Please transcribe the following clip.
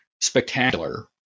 spectacular